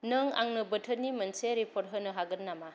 नों आंनो बोथोरनि मोनसे रिपर्ट होनो हागोन नामा